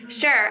Sure